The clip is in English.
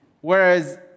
Whereas